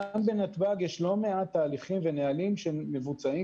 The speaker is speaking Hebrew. גם בנתב"ג יש לא מעט תהליכים ונהלים שמבוצעים